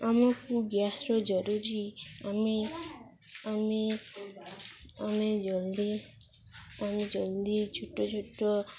ଆମ ଗ୍ୟାସର ଜରୁରୀ ଆମେ ଆମେ ଆମେ ଜଲ୍ଦି ଆମେ ଜଲ୍ଦି ଛୋଟ ଛୋଟ